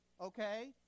Okay